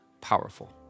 powerful